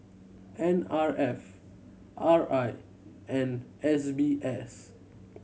N R F R I and S B S